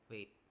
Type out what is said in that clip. Wait